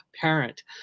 parent